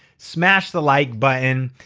smash the like button,